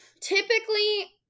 typically